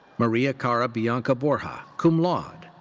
maria cora bianca bora, cum laude.